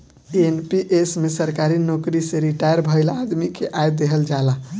NPS में सरकारी नोकरी से रिटायर भईल आदमी के आय देहल जाला